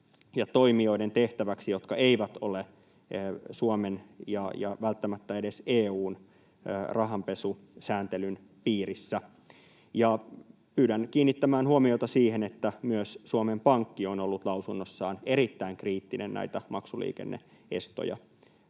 toimijoiden tehtäväksi, jotka eivät ole Suomen eivätkä välttämättä edes EU:n rahanpesusääntelyn piirissä. Pyydän kiinnittämään huomiota siihen, että myös Suomen Pankki on ollut lausunnossaan erittäin kriittinen näitä maksuliikenne-estoja